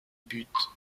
butte